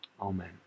Amen